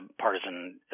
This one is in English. partisan